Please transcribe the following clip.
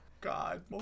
God